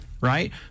right